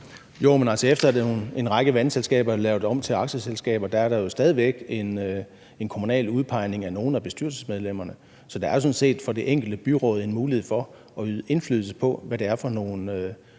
lavet om til aktieselskaber, er der jo stadig væk en kommunal udpegning af nogle af bestyrelsesmedlemmerne, så der er jo sådan set for det enkelte byråd en mulighed for at øve indflydelse på, hvad det er for nogle